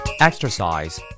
Exercise